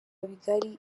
bigari